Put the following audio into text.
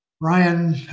Ryan